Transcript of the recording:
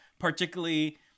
particularly